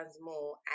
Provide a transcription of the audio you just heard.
more